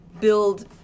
build